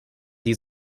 die